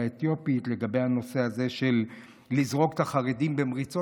האתיופית ולגבי הנושא של לזרוק את החרדים במריצות.